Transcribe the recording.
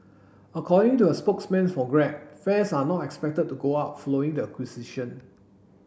according to a spokesman for Grab fares are not expected to go up following the acquisition